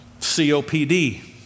COPD